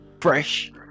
fresh